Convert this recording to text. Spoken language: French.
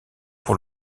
pour